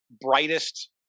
brightest